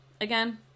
Again